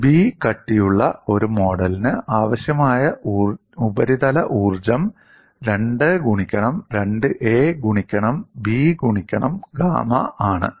B കട്ടിയുള്ള ഒരു മോഡലിന് ആവശ്യമായ ഉപരിതല ഊർജ്ജം 2 ഗുണിക്കണം 2a ഗുണിക്കണം B ഗുണിക്കണം ഗാമ ആണ്